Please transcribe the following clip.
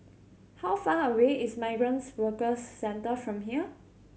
how far away is Migrants Workers Centre from here